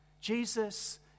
Jesus